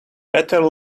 better